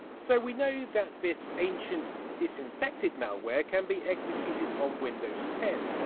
so, we know that this ancient disinfected malware can be executed on windows ten.